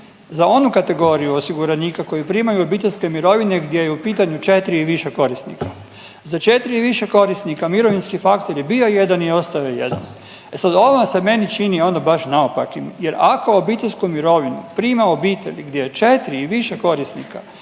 za onu kategoriju osiguranika koji primaju obiteljske mirovine gdje je u pitanju četri i više korisnika. za četri i više korisnika mirovinski faktor je bio 1 i ostao je 1, e sad ovo se meni čini onda baš naopakim jer ako obiteljsku mirovinu prima obitelj gdje je četri i više korisnika